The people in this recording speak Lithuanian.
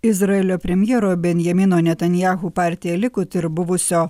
izraelio premjero benjamino netanyahu partija likud ir buvusio